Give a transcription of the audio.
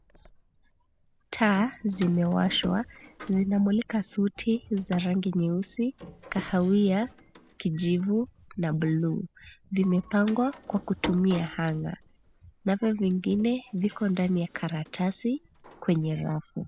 Taa, zimewashwa, zinamulika suti, za rangi nyeusi, kahawia, kijivu, na bluu. Vimepangwa kutumia kwa hanger , navyo vingine viko ndani ya karatasi, kwenye rafu.